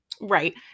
Right